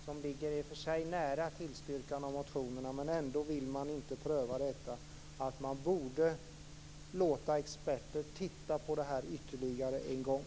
Man ligger i och för sig nära tillstyrkan av motionerna, men ändå vill man inte pröva att låta experter titta på det här ytterligare en gång.